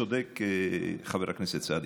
צודק חבר הכנסת סעדי.